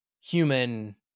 human